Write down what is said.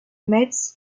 metz